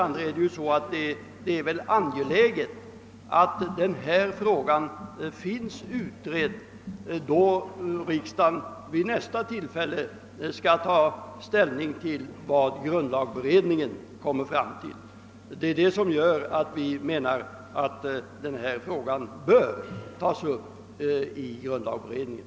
Vidare är det väl angeläget att frågan finns utredd, då riksdagen vid nästa tillfälle skall ta ställning till vad grundlagberedningen kommit fram till. Därför anser vi att frågan bör tas upp i grundlagberedningen.